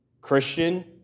Christian